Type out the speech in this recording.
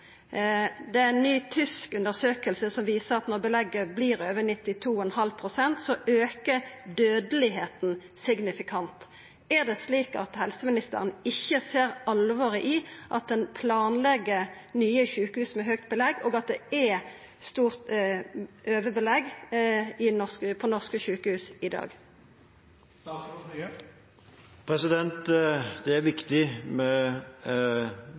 ny tysk undersøking viser at når belegget vert over 92,5 pst., aukar dødelegheita signifikant. Ser ikkje helseministeren alvoret i at ein planlegg nye sjukehus med høgt belegg, og i at det er ein stor grad av overbelegg på norske sjukehus i dag? Det er viktig med